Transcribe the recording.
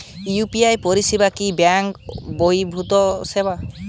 UPI পরিসেবা কি bank বর্হিভুত পরিসেবা?